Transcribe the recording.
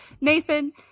Nathan